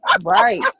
right